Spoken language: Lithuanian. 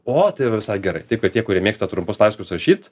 o tai jau visai gerai taip kad tie kurie mėgsta trumpus laiškus rašyt